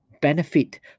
benefit